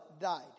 died